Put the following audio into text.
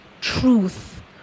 truth